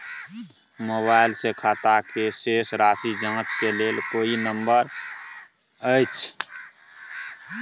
Mobile से खाता के शेस राशि जाँच के लेल कोई नंबर अएछ?